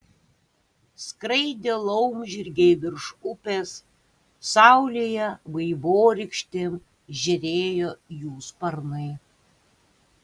skraidė laumžirgiai virš upės saulėje vaivorykštėm žėrėjo jų sparnai